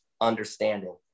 understanding